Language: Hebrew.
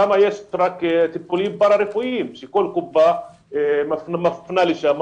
שם יש רק טיפולים פרא רפואיים שכל קופה מפנה לשם,